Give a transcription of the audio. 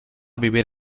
vivir